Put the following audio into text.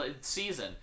season